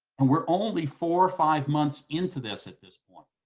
and we're only four or five months into this at this point.